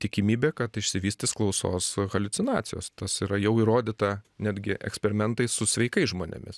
tikimybė kad išsivystys klausos haliucinacijos tas yra jau įrodyta netgi eksperimentai su sveikais žmonėmis